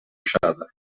ruixada